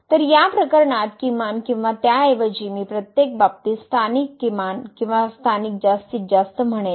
तर या प्रकरणात किमान किंवा त्याऐवजी मी प्रत्येक बाबतीत स्थानिक किमान किंवा स्थानिक जास्तीत जास्त म्हणेन